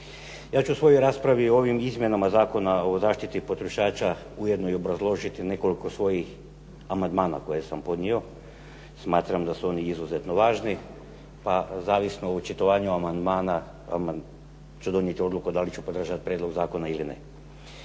Ja ću u svojoj raspravi o ovim izmjenama Zakona o zaštiti potrošača ujedno i obrazložiti nekoliko svojih amandmana koje sam podnio. Smatram da su oni izuzetno važni, pa zavisno o očitovanju amandmana ću donijeti odluku da li ću podržati prijedlog zakona ili ne.